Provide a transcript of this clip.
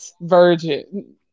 virgin